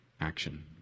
action